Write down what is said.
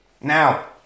Now